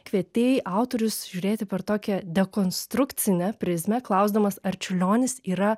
kvietei autorius žiūrėti per tokią dekonstrukcinę prizmę klausdamas ar čiurlionis yra